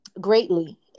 greatly